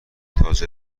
تاجر